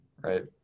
right